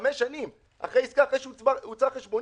חמש שנים אחרי שהוצאה חשבונית,